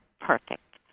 perfect